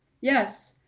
Yes